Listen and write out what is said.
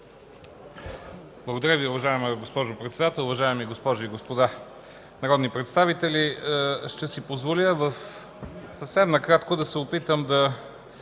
Благодаря ви, уважаема госпожо Председател. Уважаеми госпожи и господа народни представители, ще си позволя съвсем накратко да се опитам да